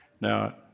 Now